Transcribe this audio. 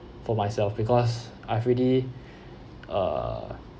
for myself because I've already err